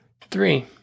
Three